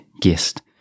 guest